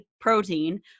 protein